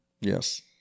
Yes